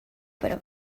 para